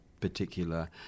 particular